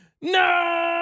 No